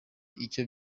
iyo